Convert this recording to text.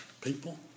people